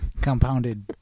compounded